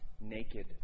naked